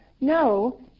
no